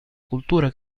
cultura